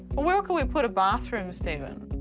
where could we put a bathroom, stephen?